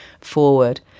forward